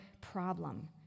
problem